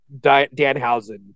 Danhausen